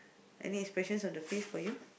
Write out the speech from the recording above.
any expression on the face for you